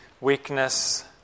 weakness